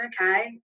okay